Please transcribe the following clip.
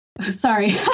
sorry